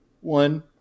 One